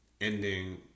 ending